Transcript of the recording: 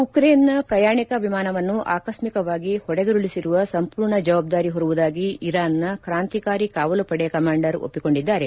ಉಕ್ರೇನ್ನ ಪ್ರಯಾಣಿಕ ವಿಮಾನವನ್ನು ಆಕಸ್ಮಿಕವಾಗಿ ಹೊಡೆದುರುಳಿಸಿರುವ ಸಂಪೂರ್ಣ ಜವಾಬ್ದಾರಿ ಹೊರುವುದಾಗಿ ಇರಾನ್ನ ಕ್ರಾಂತಿಕಾರಿ ಕಾವಲು ಪಡೆ ಕಮ್ಯಾಂಡರ್ ಒಪ್ಪಿಕೊಂಡಿದ್ದಾರೆ